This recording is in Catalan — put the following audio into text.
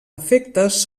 efectes